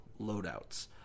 loadouts